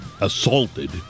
assaulted